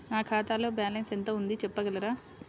నా ఖాతాలో బ్యాలన్స్ ఎంత ఉంది చెప్పగలరా?